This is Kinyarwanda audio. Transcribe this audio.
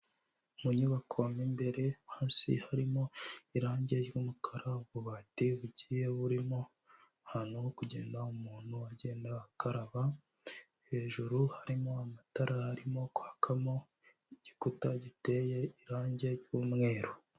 Mu nyubako mu imbere hasi harimo irangi ry'umukara, ububati bugiye burimo, ahantu hari kugenda umuntu agenda akaba, hejuru harimo amatara arimo kwakamo, igikuta giteye irangi ry'umweru.